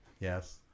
Yes